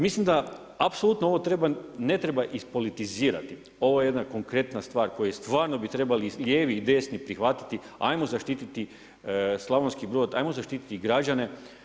Mislim da apsolutno ovo treba, ne treba ispolitizirati, ovo je jedna konkretna stvar, koju stvarno bi trebali i lijevi i desni prihvatiti, ajmo zaštititi Slavonski Brod, ajmo zaštiti građane.